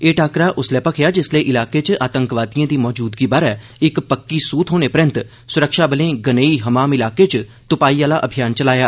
एह टाक्करा उसलै मखेआ जिसलै इलाके च आतंकवादिए दी मौजूदगी बारै इक पक्की सूह थ्होने परैन्त सुरक्षाबलें गनेई हमाम इलाके च तुपाई आहला अभियान चलाया